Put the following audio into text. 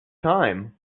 time